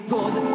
Good